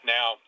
Now